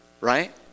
right